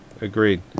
Agreed